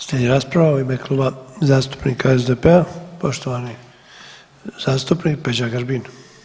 Slijedi rasprava u ime Kluba zastupnika SDP-a, poštovani zastupnik Peđa Grbin.